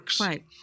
Right